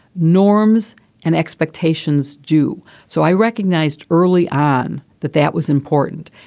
norms and expectations do so. i recognized early on that that was important.